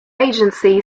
agency